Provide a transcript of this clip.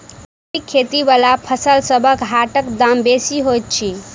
जैबिक खेती बला फसलसबक हाटक दाम बेसी होइत छी